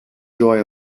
joy